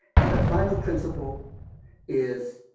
and the final principle is,